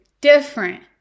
different